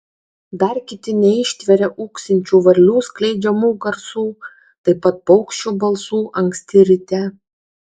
dar kiti neištveria ūksinčių varlių skleidžiamų garsų taip pat paukščių balsų anksti ryte